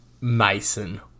Mason